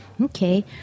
Okay